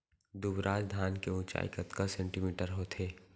दुबराज धान के ऊँचाई कतका सेमी होथे?